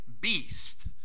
beast